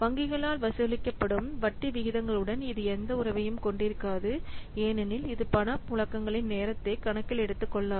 வங்கிகளால் வசூலிக்கப்படும் வட்டி விகிதங்களுடன் இது எந்த உறவையும் கொண்டிருக்காது ஏனெனில் இது பணப்புழக்கங்களின் நேரத்தை கணக்கில் எடுத்துக்கொள்ளாது